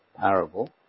parable